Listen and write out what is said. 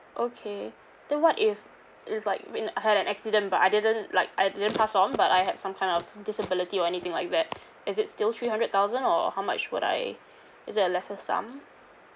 okay then what if if like when I had an accident but I didn't like I didn't pass on but I had some kind of disability or anything like that is it still three hundred thousand or how much would I is it a lesser sum